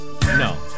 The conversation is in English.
No